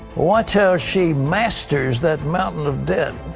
watch how she masters that mountain of debt,